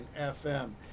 FM